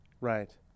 Right